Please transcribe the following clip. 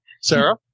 Sarah